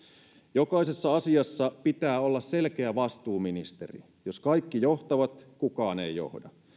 jokaisessa asiassa pitää olla selkeä vastuuministeri jos kaikki johtavat kukaan ei johda